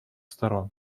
сторон